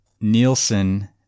Nielsen